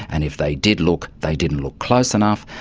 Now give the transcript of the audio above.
and if they did look they didn't look close enough.